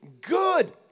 good